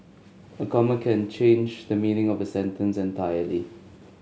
a comma can change the meaning of a sentence entirely